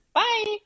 bye